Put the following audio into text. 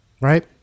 right